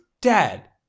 Dad